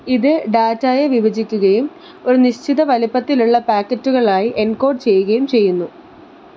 ഇത് ഡാറ്റയെ വിഭജിക്കുകയും ഒരു നിശ്ചിത വലിപ്പത്തിലുള്ള പാക്കറ്റുകളായി എൻകോഡ് ചെയ്യുകയും ചെയ്യുന്നു